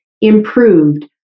improved